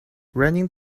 running